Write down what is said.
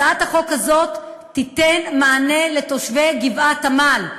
הצעת החוק הזאת תיתן מענה לתושבי גבעת-עמל.